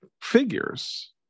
figures